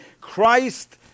Christ